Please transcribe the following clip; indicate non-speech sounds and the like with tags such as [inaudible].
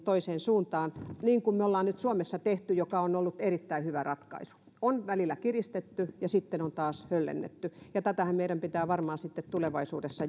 [unintelligible] toiseen suuntaan niin kuin me olemme nyt suomessa tehneet mikä on ollut erittäin hyvä ratkaisu on välillä kiristetty ja sitten on taas höllennetty ja tätähän meidän pitää varmaan sitten tulevaisuudessa [unintelligible]